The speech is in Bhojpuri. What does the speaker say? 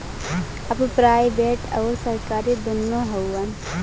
अब प्राइवेट अउर सरकारी दुन्नो हउवन